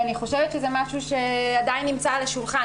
ואני חושבת שזה משהו שעדיין נמצא על השולחן.